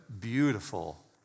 beautiful